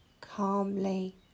calmly